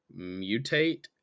mutate